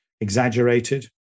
exaggerated